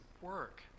work